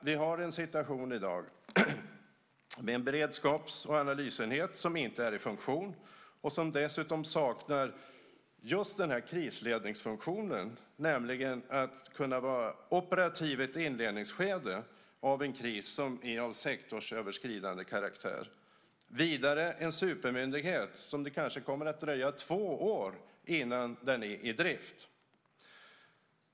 Vi har en situation i dag med en beredskaps och analysenhet som inte är i funktion och som dessutom saknar just krisledningsfunktionen, nämligen att kunna vara operativ i ett inledningsskede av en kris som är av sektorsöverskridande karaktär, vidare en supermyndighet som det kanske kommer att dröja två år innan den är i drift.